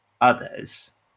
others